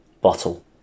bottle